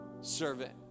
servant